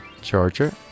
charger